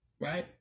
right